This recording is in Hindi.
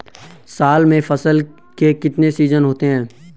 साल में फसल के कितने सीजन होते हैं?